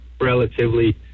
relatively